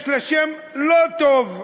יש לה שם לא טוב,